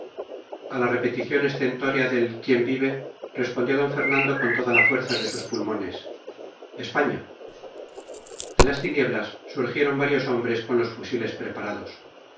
a la repetición estentórea del quién vive respondió d fernando con toda la fuerza de sus pulmones españa de las tinieblas surgieron varios hombres con los fusiles preparados